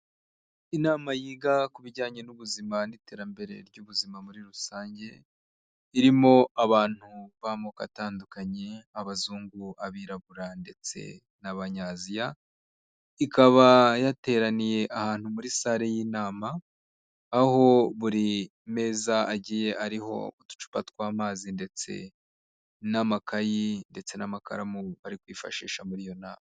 Inama yiga ku bijyanye n'ubuzima n'iterambere ry'ubuzima muri rusange, irimo abantu b'amoko atandukanye, abazungu, abirabura ndetse n'abanyaziya, ikaba yateraniye ahantu muri salle y'inama, aho buri meza agiye iriho uducupa tw'amazi ndetse n'amakayi ndetse n'amakaramu bari kwifashisha muri iyo nama.